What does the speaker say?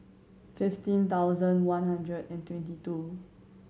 fifteen thousand one hundred and twenty two